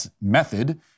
method